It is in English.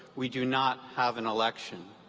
we do not have an election.